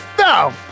no